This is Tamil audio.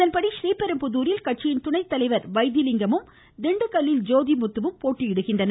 இதன்படி ரீபெரும்புதூரில் கட்சியின் துணை தலைவர் வைத்திலிங்கமும் திண்டுக்கல்லில் ஜோதிமுத்துவும் போட்டியிடுகின்றனர்